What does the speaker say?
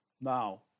Now